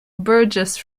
burgess